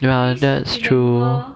ya that's true